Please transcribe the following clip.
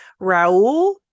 Raul